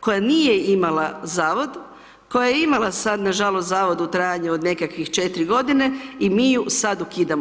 koja nije imala Zavod, koja je imala sad, na žalost, Zavod u trajanju od nekakvih 4 godine i mi ju sad ukidamo.